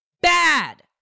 bad